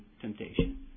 temptation